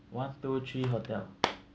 one two three hotel